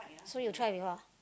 so you try before ah